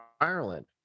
Ireland